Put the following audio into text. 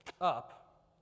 up